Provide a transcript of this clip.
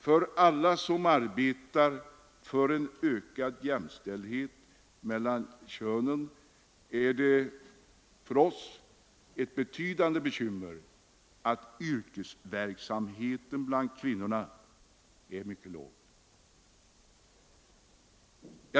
För oss alla som arbetar för en ökad jämställdhet mellan könen är det ett betydande bekymmer att yrkesverksamheten bland kvinnorna är mycket låg.